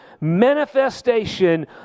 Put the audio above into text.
manifestation